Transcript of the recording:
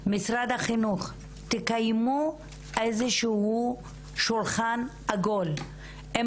אני מציעה שמשרד החינוך תקיימו איזה שהוא שולחן עגול עם